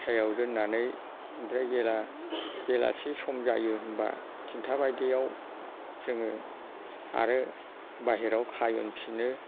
सायहायाव दोननानै ओमफ्राय जेब्ला बेलासि सम जायो होमबा थिनथा बायदिआव जोङो आरो बाइहेरायाव खायनफिनो